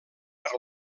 per